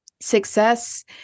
success